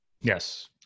Yes